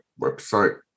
website